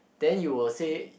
then you will say